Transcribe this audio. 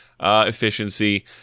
efficiency